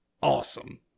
Awesome